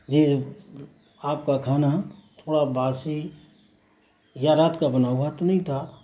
یہ آپ کا کھانا تھوڑا باسی یا رات کا بنا ہوا تو نہیں تھا